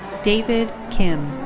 david kim.